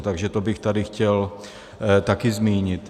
Takže to bych tady chtěl také zmínit.